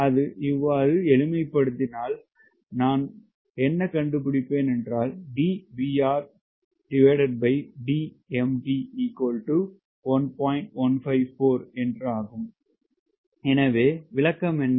மேலும் எளிமைப்படுத்தலை நான் செய்தால் நான் கண்டுபிடிப்பேன் எனவே விளக்கம் என்ன